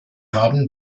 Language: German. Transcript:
haben